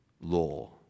law